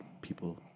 people